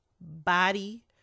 body